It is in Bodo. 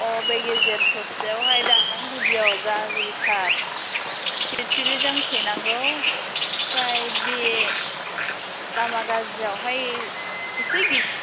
अबे गेजेर स'सेयावहाय दालां गुदिआव गाज्रिथार फिरफिलिजों फैनांगौ ओमफ्राय बे लामा गाज्रियावहाय एसे